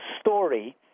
story